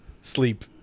sleep